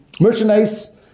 merchandise